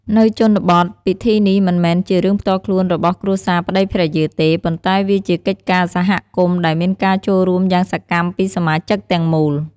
នៅជនបទ ពិធីនេះមិនមែនជារឿងផ្ទាល់ខ្លួនរបស់គ្រួសារប្ដីភរិយាទេ ប៉ុន្តែវាជាកិច្ចការសហគមន៍ដែលមានការចូលរួមយ៉ាងសកម្មពីសមាជិកទាំងមូល។